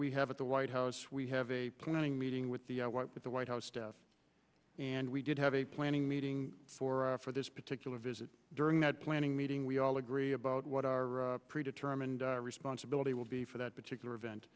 we have at the white house we have a planning meeting with the white house and we did have a planning meeting for for this particular visit during that planning meeting we all agree about what our pre determined responsibility will be for that particular event